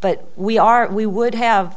but we are we would have